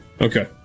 Okay